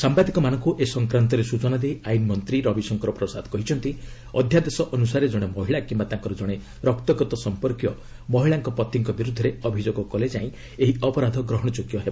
ସାମ୍ଭାଦିକମାନଙ୍କୁ ଏ ସଂକ୍ରାନ୍ତରେ ସ୍ବଚନା ଦେଇ ଆଇନ ମନ୍ତ୍ରୀ ରବିଶଙ୍କର ପ୍ରସାଦ କହିଛନ୍ତି ଅଧ୍ୟାଦେଶ ଅନୁସାରେ ଜଣେ ମହିଳା କିମ୍ବା ତାଙ୍କର ଜଣେ ରକ୍ତଗତ ସମ୍ପର୍କୀୟ ମହିଳାଙ୍କ ପତିଙ୍କ ବିରୁଦ୍ଧରେ ଅଭିଯୋଗ କଲେ ଯାଇଁ ଏହି ଅପରାଧ ଗ୍ରହଣଯୋଗ୍ୟ ହେବ